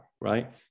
right